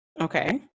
okay